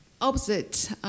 opposite